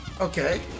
Okay